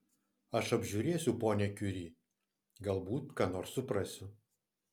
aš apžiūrėsiu ponią kiuri galbūt ką nors suprasiu